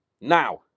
Now